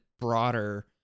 broader